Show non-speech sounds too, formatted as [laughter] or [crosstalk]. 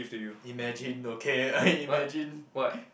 imagine okay I imagine [laughs]